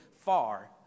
far